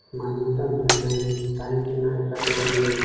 ମାନ୍ୟତା ମିଳେନାହିଁ କାହିଁକିନା ଏକା ଦୌଡ଼ିଲେ